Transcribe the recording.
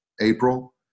April